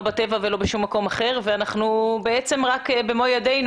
לא בטבע ולא בשום מקום אחר ואנחנו בעצם במו ידינו